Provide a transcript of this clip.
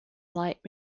light